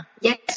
Yes